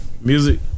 music